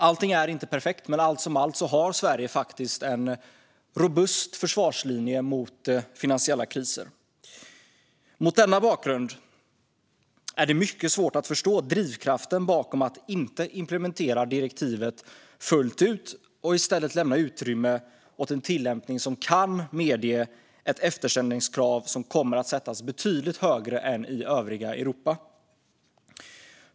Allting är inte perfekt, men allt som allt har Sverige faktiskt en robust försvarslinje mot finansiella kriser. Mot denna bakgrund är det mycket svårt att förstå drivkraften bakom att inte implementera direktivet fullt ut och i stället lämna utrymme åt en tillämpning som kan medge ett efterställningskrav som kommer att sättas betydligt högre än i övriga Europa.